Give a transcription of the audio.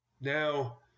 Now